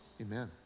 amen